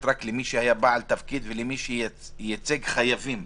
רק למי שהיה בעל תפקיד ולמי שייצג חייבים,